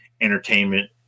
entertainment